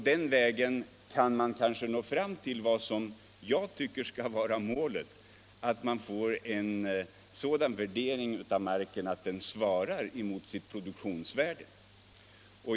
Det kan bidra till vad jag tycker skall vara målet, nämligen att få en sådan värdering av marken att den svarar mot produktionsvärdet.